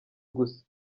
gusa